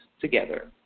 together